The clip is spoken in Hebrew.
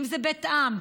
אם זה בית עם,